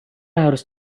harus